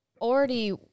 already